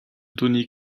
tony